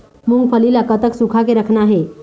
मूंगफली ला कतक सूखा के रखना हे?